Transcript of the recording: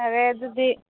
ꯐꯔꯦ ꯑꯗꯨꯗꯤ